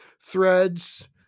Threads